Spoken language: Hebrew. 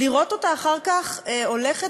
לראות אותה אחר כך הולכת,